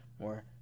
more